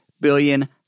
billion